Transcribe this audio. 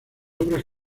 obras